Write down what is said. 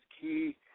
key